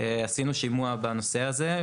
עשינו שימוע בנושא הזה,